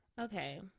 Okay